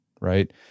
right